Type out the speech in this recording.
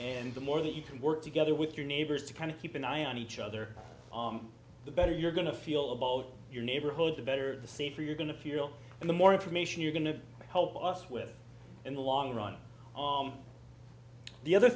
and the more that you can work together with your neighbors to kind of keep an eye on each other the better you're going to feel about your neighborhood the better the safer you're going to feel and the more information you're going to help us with in the long run the other